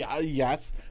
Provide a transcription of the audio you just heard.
Yes